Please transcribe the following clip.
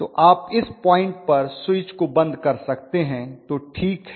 तो आप इस पॉइंट पर स्विच को बंद कर सकते हैं तो ठीक है